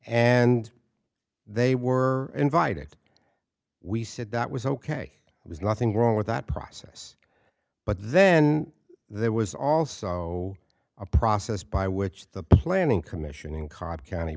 and they were invited we said that was ok it was nothing wrong with that process but then there was also a process by which the planning commission in cobb county